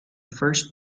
first